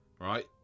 right